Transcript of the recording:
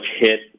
hit